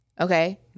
okay